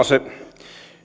se